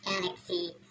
Galaxy